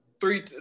three